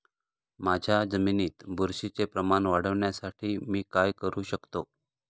माझ्या जमिनीत बुरशीचे प्रमाण वाढवण्यासाठी मी काय करू शकतो?